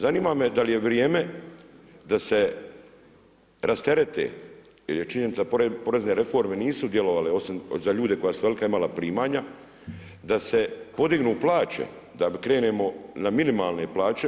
Zanima me dal je vrijeme da se rasterete, jer je činjenica, porezne reforme nisu djelovale osim za ljude koja su velika imala primanja, da se podignu plaće, da krenemo na minimalne plaće.